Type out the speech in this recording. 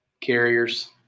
carriers